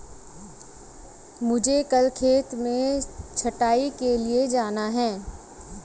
मुझे कल खेत में छटाई के लिए जाना है